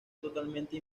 totalmente